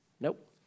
Nope